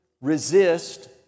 resist